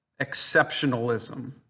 exceptionalism